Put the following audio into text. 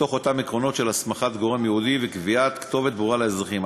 מתוך אותם עקרונות של הסמכת גורם ייעודי וקביעת כתובת ברורה לאזרחים.